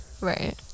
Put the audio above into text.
right